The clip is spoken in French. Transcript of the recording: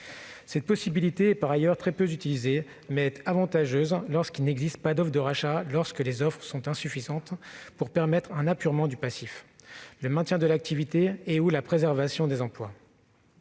Cette possibilité, qui est par ailleurs très peu utilisée, est avantageuse lorsqu'il n'existe pas d'offre de rachat ou lorsque les offres sont insuffisantes pour permettre un apurement du passif, le maintien de l'activité et la préservation des emplois.